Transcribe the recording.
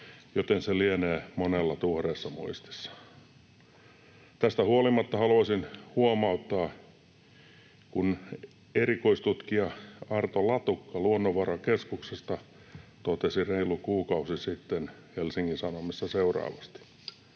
joten se lienee monella tuoreessa muistissa. Tästä huolimatta haluaisin huomauttaa, että erikoistutkija Arto Latukka Luonnonvarakeskuksesta totesi reilu kuukausi sitten Helsingin Sanomissa seuraavasti: